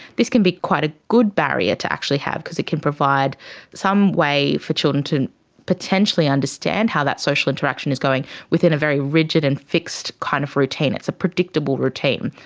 this can be quite a good barrier to actually have because it can provide some way for children to potentially understand how that social interaction is going within a very rigid and fixed kind of routine. it's a predictable routine.